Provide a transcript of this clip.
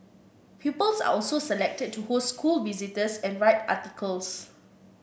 pupils are also selected to host school visitors and write articles